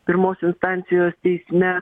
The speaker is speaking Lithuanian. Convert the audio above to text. pirmos instancijos teisme